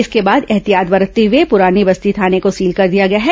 इसके बाद एहतियात बरतते हुए पुरानी बस्ती थाने को सील कर दिया गया है